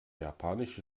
japanische